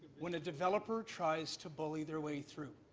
when a developer tries to bully their way through.